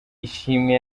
ishimwe